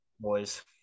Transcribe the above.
boys